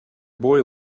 boy